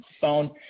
phone